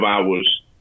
hours